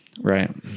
right